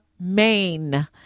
Maine